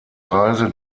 reise